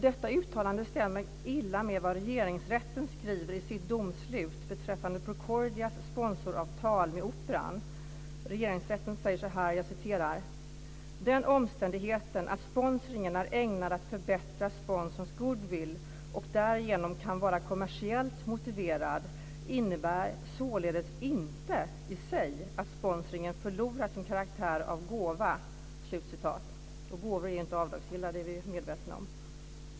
Detta uttalande stämmer illa med vad Regeringsrätten skriver i sitt domslut beträffande Procordias sponsoravtal med Operan. Regeringsrätten säger så här: Den omständigheten att sponsringen är ägnad att förbättra sponsorens goodwill och därigenom kan vara kommersiellt motiverad innebär således inte i sig att sponsringen förlorar sin karaktär av gåva. Och gåvor är inte avdragsgilla, det är vi medvetna om.